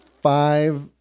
five